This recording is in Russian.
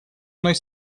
мной